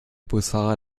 busfahrer